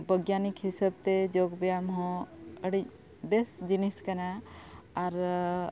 ᱵᱳᱭᱜᱽᱜᱟᱱᱤᱠ ᱦᱤᱥᱟᱹᱵᱛᱮ ᱡᱳᱜ ᱵᱮᱭᱟᱢ ᱦᱚᱸ ᱟᱹᱰᱤ ᱵᱮᱥ ᱡᱤᱱᱤᱥ ᱠᱟᱱᱟ ᱟᱨ